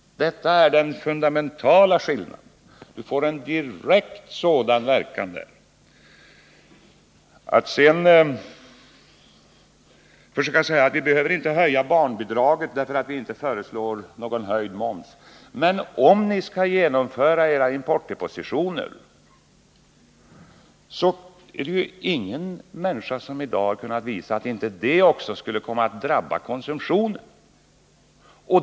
Detta är den fundamentala skillnaden. Med importdepositioner får man en direkt fördyrande verkan på investeringarna. Olof Palme säger också: Vi behöver inte höja barnbidraget, eftersom vi inte föreslår någon höjd moms. Men om ni skall genomföra era importdepositioner, så måste ni ju beakta att ingen människa har kunnat visa att dessa inte skulle komma att påverka konsumtionen.